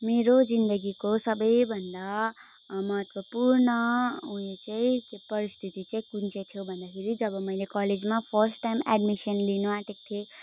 मेरो जिन्दगीको सबैभन्दा महत्त्वपूर्ण उयो चाहिँ के परिस्थिति चाहिँ कुन चाहिँ थियो भन्दाखेरि जब मैले कलेजमा फर्स्ट टाइम एडमिसन लिनु आँटेको थिएँ